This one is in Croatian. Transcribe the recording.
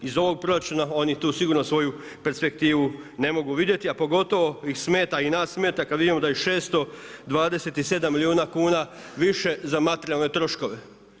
Iz ovog proračuna oni tu sigurno svoju perspektivu ne mogu vidjeti, a pogotovo ih smeta, i nas smeta, kad vidimo da je 627 milijuna kuna, više za materijalne troškove.